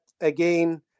again